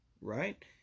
right